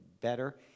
better